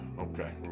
okay